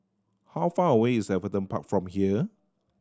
how far away is Everton Park from here